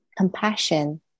Compassion